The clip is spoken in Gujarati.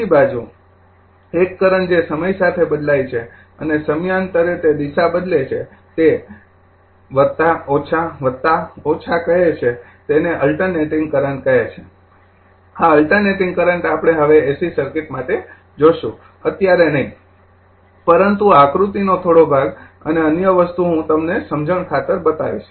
બીજી બાજુ એક કરંટ જે સમય સાથે બદલાય છે અને સમયાંતરે તે દિશા બદલે છે તે કહે છે તેને અલ્ટરનેટિંગ કરંટ કહે છે આ અલ્ટરનેટિંગ કરંટ આપણે હવે એસી સર્કિટ માટે જોશું અત્યારે નહીં પરંતુ આકૃતિનો થોડો ભાગ અને અન્ય વસ્તુઓ હું તમને સમજણ ખાતર બતાવીશ